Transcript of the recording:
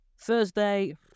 Thursday